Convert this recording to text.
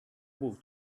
book